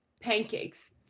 Pancakes